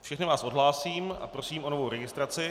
Všechny vás odhlásím a prosím o novou registraci.